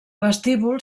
vestíbul